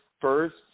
first